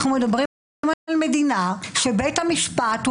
אנחנו מדברים על מדינה שבית המשפט הוא